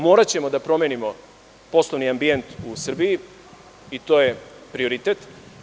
Moraćemo da promenimo podsticajni ambijent u Srbiji i to je prioritet.